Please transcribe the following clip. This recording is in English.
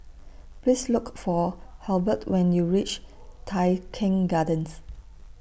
Please Look For Halbert when YOU REACH Tai Keng Gardens